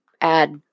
add